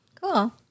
Cool